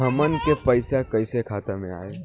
हमन के पईसा कइसे खाता में आय?